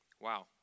Wow